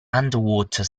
underwater